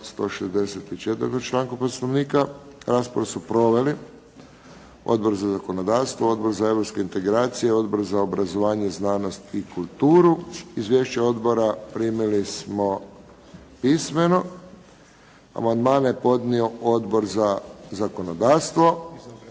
164. članku Poslovnika. Raspravu su proveli Odbor za zakonodavstvo, Odbor za europske integracije, Odbor za obrazovanje, znanost i kulturu. Izvješća odbora primili smo pismeno. Amandmane je podnio Odbor za zakonodavstvo